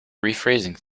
rephrasing